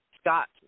Scott